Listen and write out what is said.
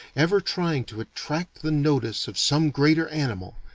ever trying to attract the notice of some greater animal,